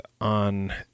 on